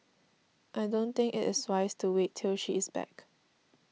I don't think it is wise to wait till she is back